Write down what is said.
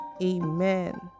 Amen